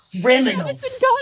Criminals